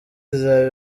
izaba